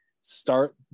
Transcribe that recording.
start